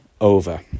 Over